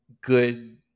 good